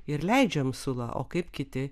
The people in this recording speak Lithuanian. ir leidžiam sulą o kaip kiti